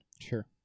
Sure